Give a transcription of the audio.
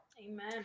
Amen